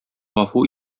гафу